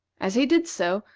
as he did so,